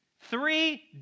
Three